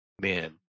men